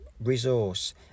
Resource